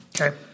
Okay